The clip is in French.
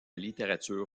littérature